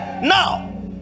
now